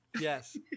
Yes